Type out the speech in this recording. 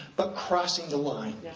but crossing the line,